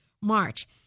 March